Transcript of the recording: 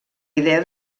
idea